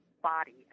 body